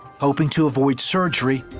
hoping to avoid surgery,